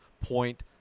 Point